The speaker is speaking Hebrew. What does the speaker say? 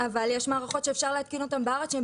יש מערכות שאפשר להתקין אותם בארץ שהם